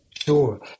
sure